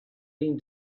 been